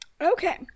Okay